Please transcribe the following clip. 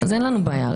אין לנו בעיה.